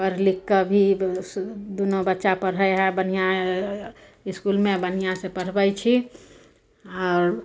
पढ़ि लिखिके भी ब दुन्नू बच्चा पढ़ै हइ बढ़िआँ इसकुलमे बढ़िआँसे पढ़बै छी आओर